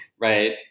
right